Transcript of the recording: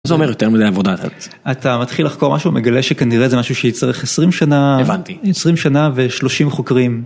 זה אומר יותר מדי עבודה לדעת. אתה מתחיל לחקור משהו, מגלה שכנראה זה משהו שיצריך 20 שנה... הבנתי. 20 שנה ו-30 חוקרים.